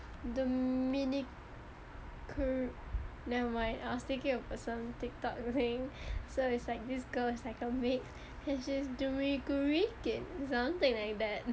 nevermind I was thinking a certain TikTok saying so it's like this girl is like a maid and she's something like